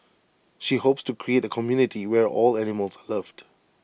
she hopes to create A community where all animals are loved